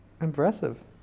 Impressive